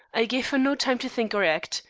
i gave her no time to think or act.